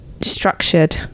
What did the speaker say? structured